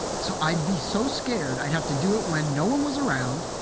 so i'd be so scared. i'd have to do it when no one was around,